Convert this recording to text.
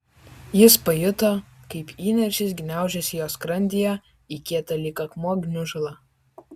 jis pajuto kaip įniršis gniaužiasi jo skrandyje į kietą lyg akmuo gniužulą